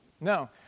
No